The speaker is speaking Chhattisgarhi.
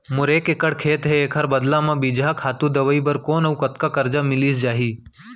मोर एक एक्कड़ खेत हे, एखर बदला म बीजहा, खातू, दवई बर कोन अऊ कतका करजा मिलिस जाही?